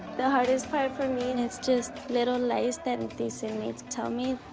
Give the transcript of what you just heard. the hardest part for me, and it's just little lies that these inmates tell me.